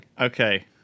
Okay